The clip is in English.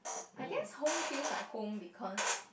I guess home feels like home because